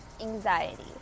anxiety